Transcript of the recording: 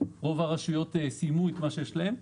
רוב הרשויות סיימו את מה שיש להן.